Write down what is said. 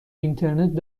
اینترنت